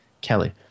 kelly